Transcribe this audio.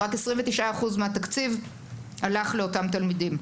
רק 29% מהתקציב הלך לאותם תלמידים.